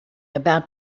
about